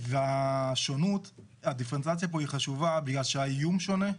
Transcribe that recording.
והשונות פה היא חשובה בגלל שהאיום שונה,